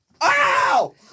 Ow